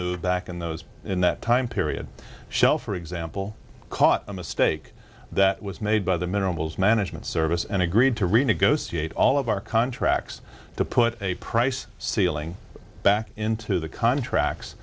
back in those in that time period shell for example caught a mistake that was made by the minerals management service and agreed to renegotiate all of our contracts to put a price ceiling back into the contracts